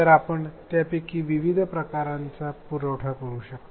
तर आपण त्यापैकी विविध प्रकारांचा पुरवठा करू शकता